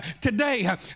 today